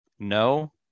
No